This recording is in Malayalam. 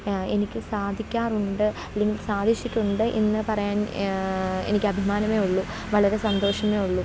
എനിക്ക് സാധിക്കാറുണ്ട് അല്ലെങ്കിൽ എനിക്ക് സാധിച്ചിട്ടുണ്ട് എന്നു പറയാൻ എനിക്കഭിമാനവെ ഉള്ളു വളരെ സന്തോഷമെ ഉള്ളു